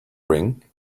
ring